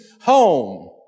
home